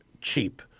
cheap